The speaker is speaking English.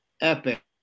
epic